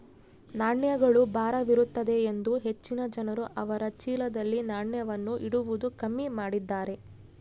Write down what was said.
ನಾಣ್ಯಗಳು ಭಾರವಿರುತ್ತದೆಯೆಂದು ಹೆಚ್ಚಿನ ಜನರು ಅವರ ಚೀಲದಲ್ಲಿ ನಾಣ್ಯವನ್ನು ಇಡುವುದು ಕಮ್ಮಿ ಮಾಡಿದ್ದಾರೆ